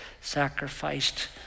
sacrificed